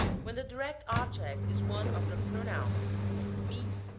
when the direct object is one of the pronouns mim,